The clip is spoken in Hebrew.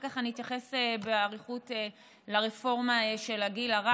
ואחר כך אני אתייחס באריכות לרפורמה של הגיל הרך,